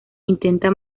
intenta